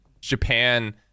Japan